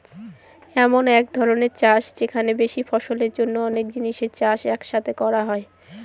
এমন এক ধরনের চাষ যেখানে বেশি ফলনের জন্য অনেক জিনিসের চাষ এক সাথে করা হয়